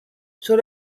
sur